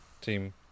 team